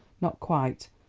not quite!